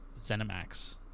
ZeniMax